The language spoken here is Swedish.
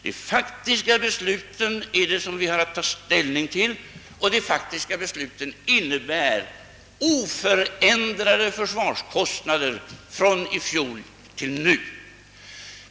Det är de senare som vi har att ta ställning till, och dessa innebär oförändrade försvarskostnader i förhållande till fjolårets.